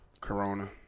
corona